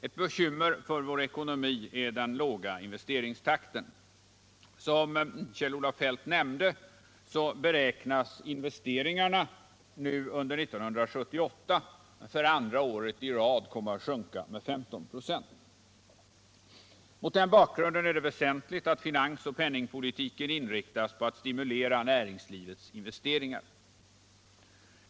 Ett bekymmer för vår ekonomi är den låga investeringstakten. Som Kjell-Olof Feldt nämnde beräknas investeringarna i industrin under 1978 för andra året i rad sjunka med 15 926. Mot den bakgrunden är det väsentligt att finansoch penningpolitiken inriktas på att stimulera näringslivets investeringar.